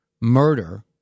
murder